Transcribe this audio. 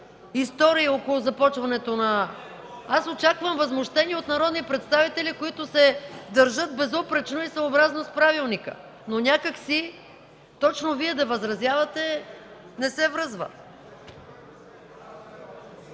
истории около започването. Аз очаквам възмущение от народни представители, които се държат безупречно и съобразно правилника, но точно Вие да възразявате, не се връзва!